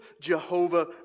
Jehovah